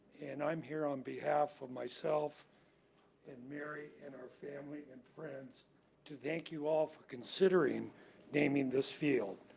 and i'm here on behalf of myself and mary and our family and friends to thank you all for considering naming this field.